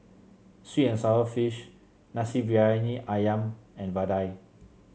sweet and sour fish Nasi Briyani ayam and vadai